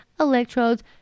Electrodes